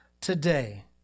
today